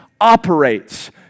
operates